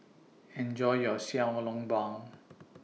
Enjoy your Xiao Long Bao